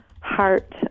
heart